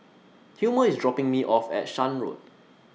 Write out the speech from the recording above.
Hilmer IS dropping Me off At Shan Road